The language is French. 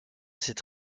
cette